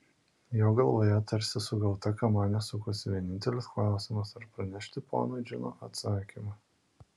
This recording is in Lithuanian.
jo galvoje tarsi sugauta kamanė sukosi vienintelis klausimas ar pranešti ponui džino atsakymą